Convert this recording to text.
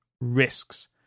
risks